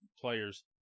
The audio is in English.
players